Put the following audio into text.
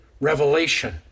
revelation